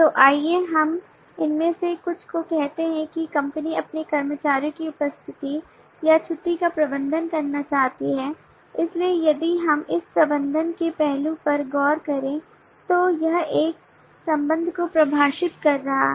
तो आइए हम इनमें से कुछ को कहते हैं कि कंपनी अपने कर्मचारियों की उपस्थिति या छुट्टी का प्रबंधन करना चाहती है इसलिए यदि हम इस प्रबंधन के पहलू पर गौर करें तो यह एक संबंध को परिभाषित कर रहा है